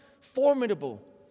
formidable